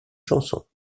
chansons